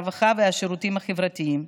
הרווחה והשירותים החברתיים,